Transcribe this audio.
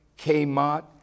Kmart